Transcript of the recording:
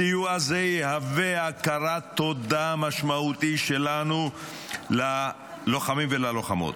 סיוע זה יהווה הכרת תודה משמעותית שלנו ללוחמים וללוחמות.